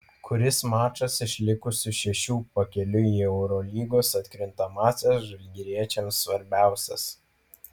kuris mačas iš likusių šešių pakeliui į eurolygos atkrintamąsias žalgiriečiams svarbiausias